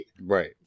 Right